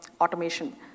automation